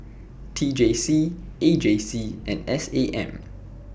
T J C A J C and S A M